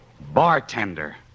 Bartender